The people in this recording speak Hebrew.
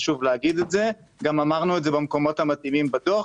חשוב להגיד את זה וגם אמרנו את זה במקומות המתאימים בדוח.